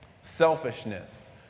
selfishness